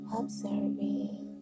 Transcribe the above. observing